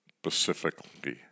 specifically